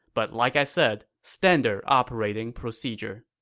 but like i said, standard operating procedure